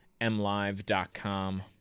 MLive.com